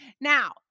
now